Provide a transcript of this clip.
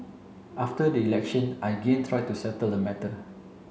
after the election I again tried to settle the matter